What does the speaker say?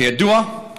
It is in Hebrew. כידוע,